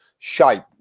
shape